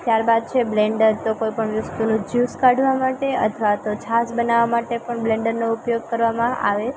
ત્યારબાદ છે બ્લેન્ડર તો કોઈપણ વસ્તુનું જ્યુસ કાઢવા માટે અથવા તો છાશ બનાવા માટે પણ બ્લેન્ડરનો ઉપયોગ કરવામાં આવે